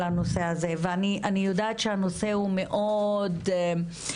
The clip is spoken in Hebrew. הנושא הזה ואני אני יודעת שהנושא הוא מאוד רחב.